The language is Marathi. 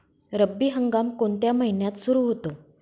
रब्बी हंगाम कोणत्या महिन्यात सुरु होतो?